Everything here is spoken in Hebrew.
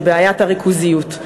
היא בעיית הריכוזיות.